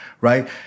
right